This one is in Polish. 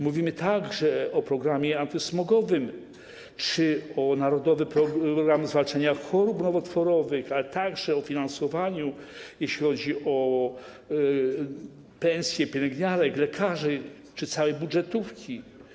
Mówimy także o programie antysmogowym czy o „Narodowym programie zwalczania chorób nowotworowych”, ale także o finansowaniu, jeśli chodzi o pensje pielęgniarek, lekarzy czy całej budżetówki.